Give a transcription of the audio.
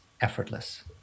effortless